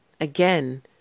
again